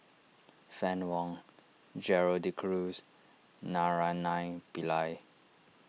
Fann Wong Gerald De Cruz Naraina Pillai